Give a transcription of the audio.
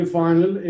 final